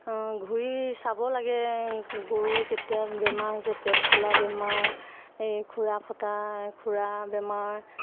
ঘূৰি চাব লাগে গৰু কেতিয়া বেমাৰ হৈছে পেট ফুলা বেমাৰ এই খুৰা ফটা খুৰা বেমাৰ